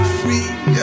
free